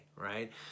right